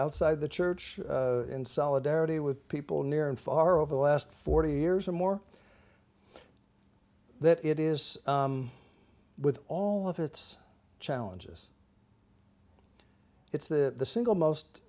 outside the church in solidarity with people near and far over the last forty years or more that it is with all of its challenges it's the single most